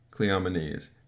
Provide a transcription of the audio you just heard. Cleomenes